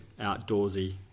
outdoorsy